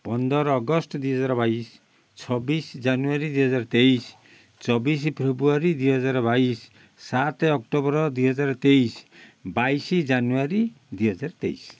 ପନ୍ଦର ଅଗଷ୍ଟ ଦୁଇ ହଜାର ବାଇଶ ଛବିଶ ଜାନୁଆରୀ ଦୁଇ ହଜାର ତେଇଶ ଚବିଶ ଫେବୃଆରୀ ଦୁଇ ହଜାର ବାଇଶ ସାତ ଅକ୍ଟୋବର ଦୁଇ ହଜାର ତେଇଶ ବାଇଶ ଜାନୁଆରୀ ଦୁଇ ହଜାର ତେଇଶ